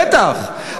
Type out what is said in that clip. בטח,